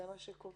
זה מה שקובעים.